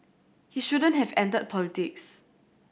he shouldn't have entered politics